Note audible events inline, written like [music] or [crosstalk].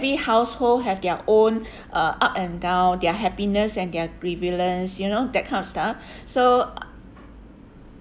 every household have their own [breath] uh up and down their happiness and their grievance you know that kind of stuff [breath] so